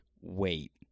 wait